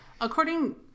According